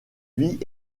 vit